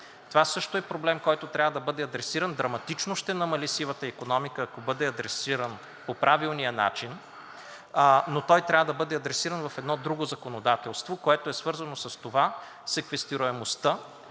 Това също е проблем, който трябва да бъде адресиран, драматично ще намали сивата икономика, ако бъде адресиран по правилния начин, но той трябва да бъде адресиран в едно друго законодателство, което е свързано с това, секвестируемостта